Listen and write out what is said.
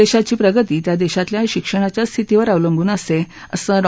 देशाची प्रगती त्या देशातल्या शिक्षणाच्या स्थितीवर अवलंबून असते असं डॉ